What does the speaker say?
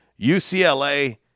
UCLA